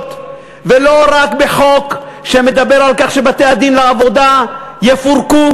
ולא רק בחוק שמדבר על כך שבתי-הדין לעבודה יפורקו,